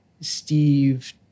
Steve